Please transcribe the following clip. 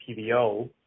PBO